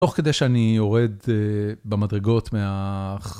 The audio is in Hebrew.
תוך כדי שאני יורד במדרגות מהחלטה.